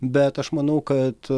bet aš manau kad